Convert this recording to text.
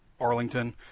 Arlington